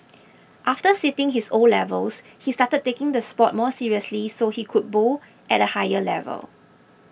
after sitting his O levels he started taking the sport more seriously so he could bowl at a higher level